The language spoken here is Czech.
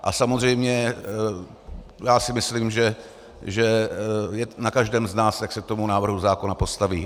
A samozřejmě já si myslím, že je na každém z nás, jak se k tomu návrhu zákona postaví.